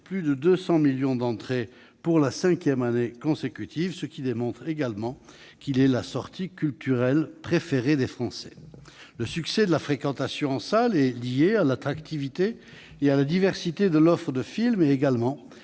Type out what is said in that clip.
plus de 200 millions d'entrées pour la cinquième année consécutive. Cela démontre qu'il s'agit de la sortie culturelle préférée des Français. Le haut niveau de fréquentation des salles est lié à l'attractivité et à la diversité de l'offre de films, ainsi